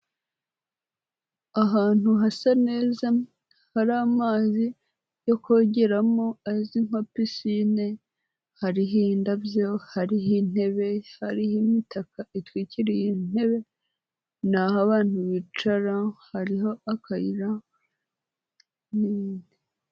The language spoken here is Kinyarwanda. Ahantu hasa neza, hari amazi yo kogeramo azwi nka pisine, hariho indabyo, hariho intebe, hari imitaka itwikiriye intebe, ni aho abantu bicara, hariho akayira n'ibindi.